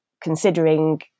considering